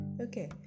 okay